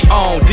on